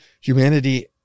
humanity